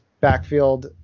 backfield